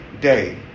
day